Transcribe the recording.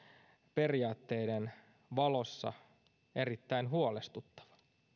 periaatteiden valossa erittäin huolestuttava